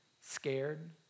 scared